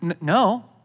No